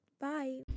Bye